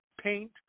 paint